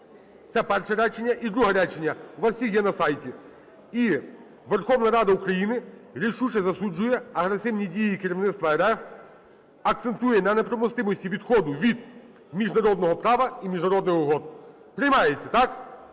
Це перше речення. І друге речення (у вас всіх є на сайті): "і Верховна Рада України рішуче засуджує агресивні дії керівництва РФ, акцентує на неприпустимості відходу від міжнародного права і міжнародних угод". Приймається, так?